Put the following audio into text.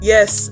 Yes